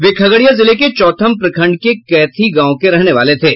वे खगड़िया जिले के चौथम प्रखंड के कैथी गांव के रहने वाले थे